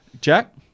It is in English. Jack